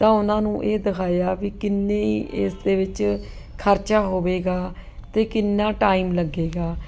ਤਾਂ ਉਹਨਾਂ ਨੂੰ ਇਹ ਦਿਖਾਇਆ ਵੀ ਕਿੰਨੇ ਇਸ ਦੇ ਵਿੱਚ ਖਰਚਾ ਹੋਵੇਗਾ ਅਤੇ ਕਿੰਨਾ ਟਾਈਮ ਲੱਗੇਗਾ